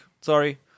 sorry